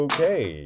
Okay